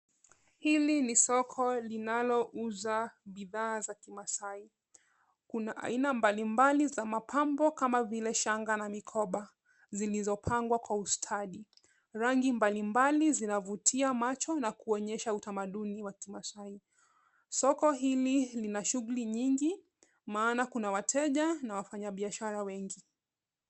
Hili ni soko linalouza bidhaa za kimaasai. Kuna aina mbalimbali za mapambo kama vile shanga na mikoba, zilizopangwa kwa ustadi. Rangi mbalimbali zinavutia macho na kuonyesha utamaduni wa kimaasai. Soko hili lina shuguli nyingi, maana kuna wateja na wafanya biashara wengi.